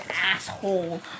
asshole